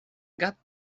got